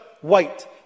white